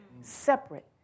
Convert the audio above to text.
separate